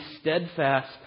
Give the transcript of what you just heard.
steadfast